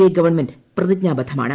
A government പ്രതിജ്ഞാബദ്ധമാണ്